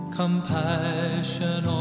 compassion